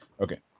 Okay